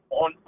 on